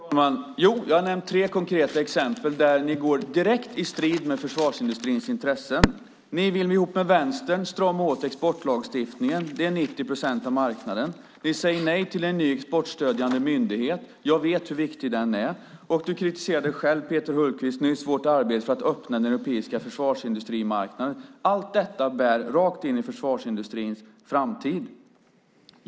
Herr talman! Jag har nämnt tre konkreta exempel där ni går direkt i strid med försvarsindustrins intressen. Ni vill ihop med Vänstern strama åt exportlagstiftningen. Det är 90 procent av marknaden. Ni säger nej till en ny exportstödjande myndighet. Jag vet hur viktig den är. Och du kritiserade själv, Peter Hultqvist, nyss vårt arbete för att öppna den europeiska försvarsindustrimarknaden. Allt detta bär rakt in i försvarsindustrins framtid.